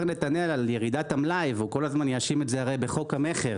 על ירידת המלאי והוא כל הזמן יאשים את זה בחוק המכר.